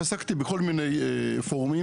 עסקתי בכל מיני פורומים.